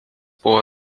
buvo